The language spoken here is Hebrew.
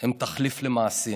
הם תחליף למעשים.